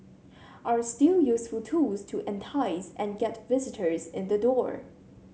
are still useful tools to entice and get visitors in the door